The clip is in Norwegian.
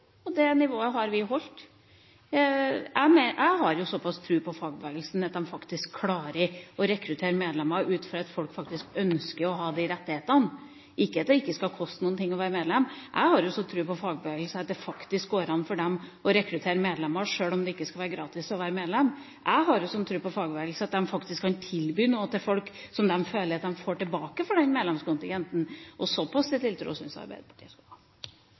holdt det nivået. Jeg har jo såpass tro på fagbevegelsen at de faktisk klarer å rekruttere medlemmer ut fra at folk ønsker å ha disse rettighetene, ikke at det ikke skal koste noe å være medlem. Jeg har så stor tro på fagbevegelsen at det faktisk går an for dem å rekruttere medlemmer, sjøl om det ikke er gratis å være medlem. Jeg har sånn tro på fagbevegelsen at de faktisk kan tilby noe til folk, slik at de føler at de får noe tilbake for medlemskontingenten. Såpass tiltro syns jeg Arbeiderpartiet skulle ha.